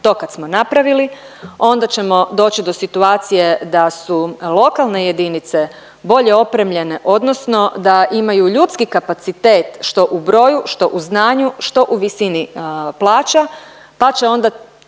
To kad smo napravili onda ćemo doći do situacije da su lokalne jedinice bolje opremljene odnosno da imaju ljudski kapacitet što u broju, što u znanju, što u visini plaća pa će onda